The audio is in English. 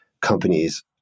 companies